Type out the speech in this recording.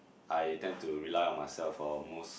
I tend to rely on myself for almost